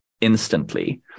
instantly